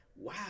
wow